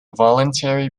voluntary